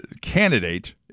candidate